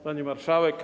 Pani Marszałek!